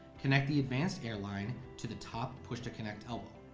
connect the advanced air line to the top push to connect elbow.